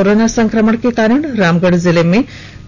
corona संकमण के कारण रामगढ़ जिले में